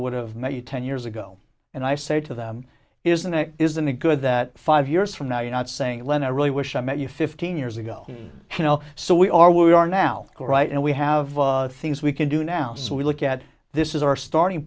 would have met you ten years ago and i said to them isn't it isn't it good that five years from now you're not saying when i really wish i met you fifteen years ago you know so we are where we are now right and we have seen as we can do now so we look at this is our starting